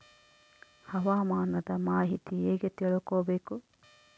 ಹವಾಮಾನದ ಮಾಹಿತಿ ಹೇಗೆ ತಿಳಕೊಬೇಕು?